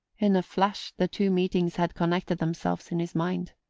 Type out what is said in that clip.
in a flash the two meetings had connected themselves in his mind.